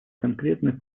конкретных